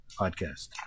podcast